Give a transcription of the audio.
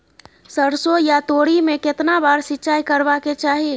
सरसो या तोरी में केतना बार सिंचाई करबा के चाही?